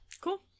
Cool